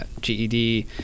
GED